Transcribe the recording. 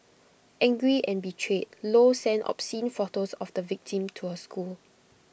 angry and betrayed low sent obscene photos of the victim to her school